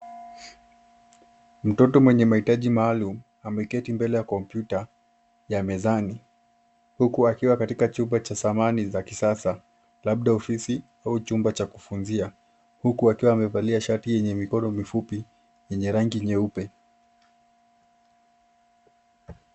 Mtoto mwenye mahitaji maalum ameketi mbele ya kompyuta ya mezani huku akiwa katika chumba cha samani za kisasa labda ofisi au chumba cha kifunzia , huku akiwa amevalia shati yenye mikono mifupi yenye rangi nyeupe .